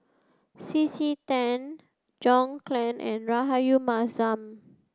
C C Tan John Clang and Rahayu Mahzam